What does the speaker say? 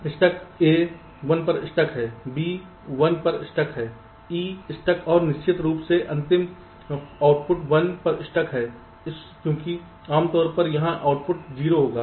stuck A 1 पर stuck है B 1 पर स्टक है या E स्टक और निश्चित रूप से अंतिम आउटपुट 1 पर स्टक है क्योंकि आम तौर पर यहां आउटपुट 0 होगा